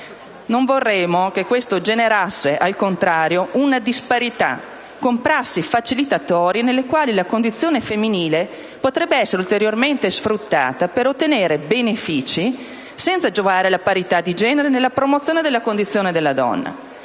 Non vorremmo che questo generasse, al contrario, una disparità, con prassi facilitatorie nelle quali la condizione femminile potrebbe essere ulteriormente sfruttata per ottenere benefici, senza giovare alla parità di genere, né alla promozione della condizione della donna.